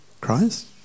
Christ